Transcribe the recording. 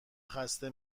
خسته